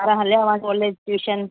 हा हलिया विया कॉलेज ट्यूशन